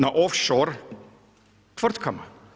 Na off shore tvrtkama.